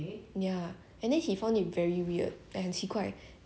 so he tried to he tried to find out like what's had going on lah then